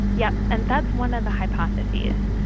yeah and that's one of the hypotheses,